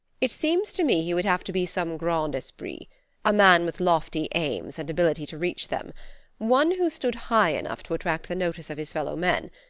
it seems to me he would have to be some grand esprit a man with lofty aims and ability to reach them one who stood high enough to attract the notice of his fellow-men.